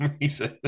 reason